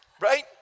Right